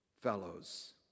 fellows